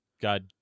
God